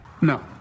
No